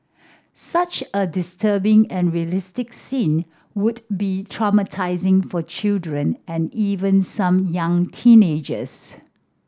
such a disturbing and realistic scene would be traumatising for children and even some young teenagers